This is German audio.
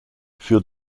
für